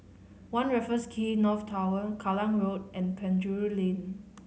One Raffles Quay North Tower Kallang Road and Penjuru Lane